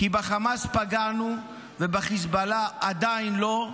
כי בחמאס פגענו ובחיזבאללה עדיין לא,